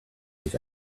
use